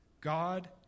God